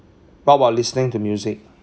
what about listening to music